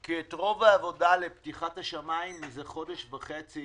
כי את רוב העבודה לפתיחת השמים מזה חודש וחצי,